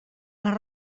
les